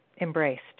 embraced